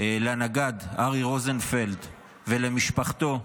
לנגד ארי רוזנפלד ולמשפחתו,